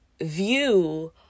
view